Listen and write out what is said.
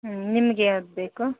ನಿಮ್ಗ್ಯಾವ್ದು ಬೇಕು